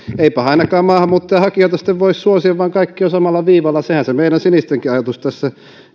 eipähän ainakaan maahanmuuttajahakijoita sitten voi suosia vaan kaikki ovat samalla viivalla sehän se meidän sinistenkin ajatus tässä